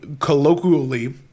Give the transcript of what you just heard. colloquially